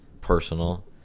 personal